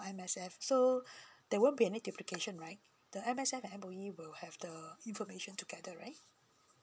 uh M_S_F so there won't be any duplication right the M_S_F and M_O_E will have the information together right